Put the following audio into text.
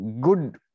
good